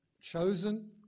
chosen